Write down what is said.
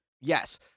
yes